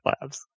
Labs